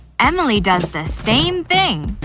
emily does the same thing.